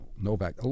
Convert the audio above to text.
Novak